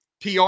PR